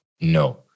no